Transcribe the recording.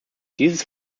dieses